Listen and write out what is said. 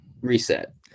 Reset